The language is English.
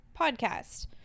Podcast